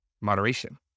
moderation